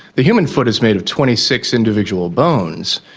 the human foot is made of twenty six individual bones.